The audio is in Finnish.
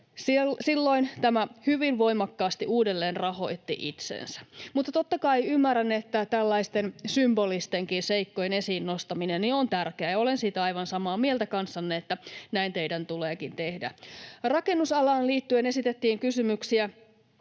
Silloin tämä hyvin voimakkaasti uudelleen rahoitti itseänsä, mutta totta kai ymmärrän, että tällaisten symbolistenkin seikkojen esiin nostaminen on tärkeää, ja olen siitä aivan samaa mieltä kanssanne, että näin teidän tuleekin tehdä. Rakennusalaan liittyen esitettiin kysymyksiä.